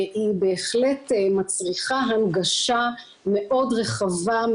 היא בהחלט מצריכה הנגשה מאוד רחבה,